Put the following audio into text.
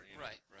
Right